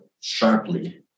sharply